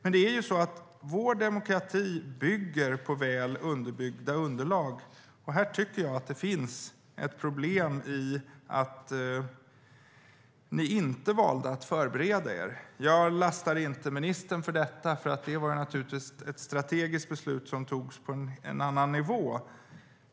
Vår demokrati bygger på väl underbyggda underlag, och här finns det ett problem med att ni valde att inte förbereda er. Jag lastar inte ministern för det eftersom det naturligtvis var ett strategiskt beslut som togs på en annan nivå.